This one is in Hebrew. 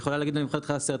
הוא פונה כמו בכל עסקה.